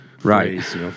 Right